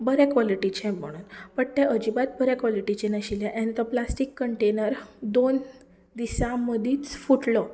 आनी बरें कॉलिटीचें म्हूण बट तें अजिबात बऱ्या कॉलिटिचें नाशिल्लें आनी तो प्लास्टीक कंटेनर दोन दिसां मदींच फुटलो